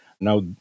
Now